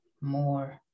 more